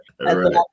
Right